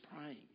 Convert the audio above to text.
praying